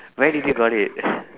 where did you got it